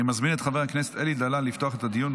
אני מזמין את חבר הכנסת אלי דלל לפתוח את הדיון,